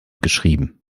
geschrieben